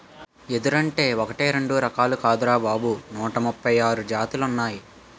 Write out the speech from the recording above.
ఎదురంటే ఒకటీ రెండూ రకాలు కాదురా బాబూ నూట ముప్పై ఆరు జాతులున్నాయ్